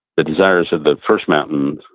the desires of the first mountain,